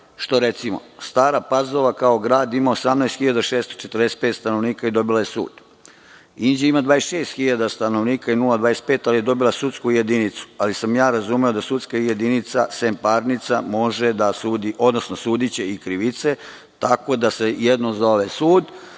što recimo Stara Pazova kao grad ima 18.645 stanovnika i dobila je sud. Inđija ima 26.000 stanovnika i 0,25, ali je dobila sudsku jedinicu. Ali, sam razumeo da sudska jedinica, sem parnica može da sudi, odnosno sudiće i krivice, tako da se jedno zove sud,